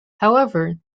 however